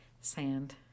Sand